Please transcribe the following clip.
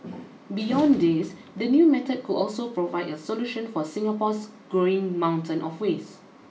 beyond this the new method could also provide a solution for Singapore's growing mountain of waste